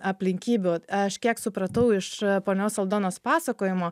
aplinkybių aš kiek supratau iš ponios aldonos pasakojimo